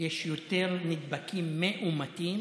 יש יותר נדבקים מאומתים